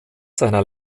seiner